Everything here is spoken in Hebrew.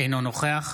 אינו נוכח